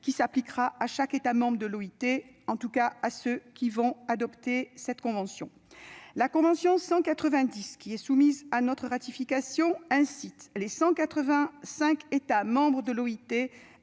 qui s'appliquera à chaque État membre de l'OIT, en tout cas à tous ceux qui adopteront cette convention. La convention n° 190 qui est soumise à notre ratification incite les 187 États membres de l'OIT